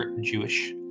Jewish